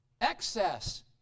Excess